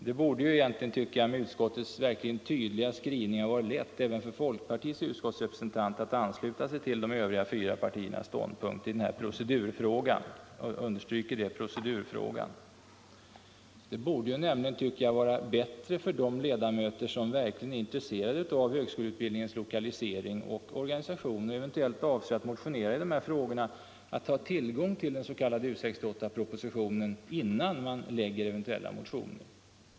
Det borde egentligen med utskottets verkligen tydliga skrivning ha varit lätt även för folkpartiets utskottsrepresentant att ansluta sig till de övriga fyra partiernas ståndpunkt i den här procedurfrågan — jag understryker att det är en procedurfråga. Det skulle nämligen, tycker jag, vara bättre för de ledamöter som är intresserade av högskoleutbildningens lokalisering och organisation — och kanske avser att motionera i dessa frågor — att ha tillgång till den s.k. U 68-propositionen innan man väcker eventuella motioner.